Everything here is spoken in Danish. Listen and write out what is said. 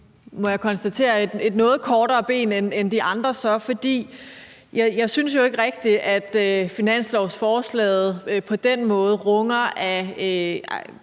må jeg så konstatere er et noget kortere ben end de andre, for jeg synes jo ikke rigtig, at finanslovsforslaget på den måde runger af